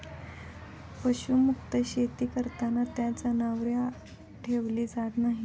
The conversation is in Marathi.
पशुमुक्त शेती करताना त्यात जनावरे ठेवली जात नाहीत